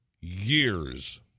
years